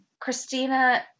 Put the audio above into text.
Christina